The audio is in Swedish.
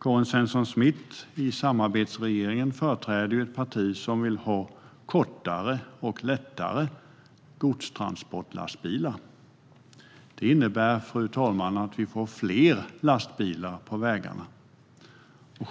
Karin Svensson Smith företräder i samarbetsregeringen ett parti som vill ha kortare och lättare godstransportlastbilar. Det innebär att vi får fler lastbilar på vägarna.